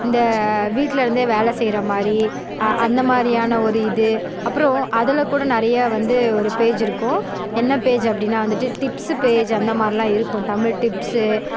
இந்த வீட்டில் இருந்தே வேலை செய்கிற மாதிரி அ அந்த மாதிரியான ஒரு இது அப்றம் அதில் கூட நிறையா வந்து ஒரு பேஜ் இருக்கும் என்ன பேஜ் அப்படின்னா வந்துட்டு டிப்ஸ் பேஜ் அந்த மாதிரில்லாம் இருக்கும் தமிழ் டிப்ஸு